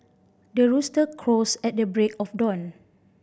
the rooster crows at the break of dawn